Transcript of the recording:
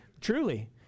truly